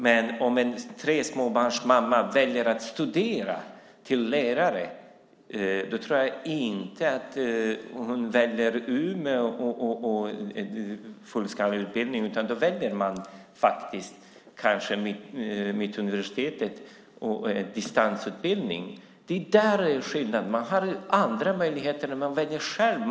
Men om en småbarnsmamma med tre barn väljer att studera till lärare tror jag inte att hon väljer Umeå och en fullskalig utbildning. Då väljer hon kanske Mittuniversitetet och distansutbildning. Det är där skillnaden finns. Man har andra möjligheter när man väljer själv.